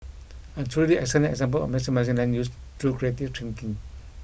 a truly excellent example of maximising land use through creative thinking